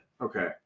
Okay